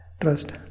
trust